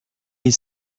les